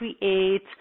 create